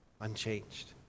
unchanged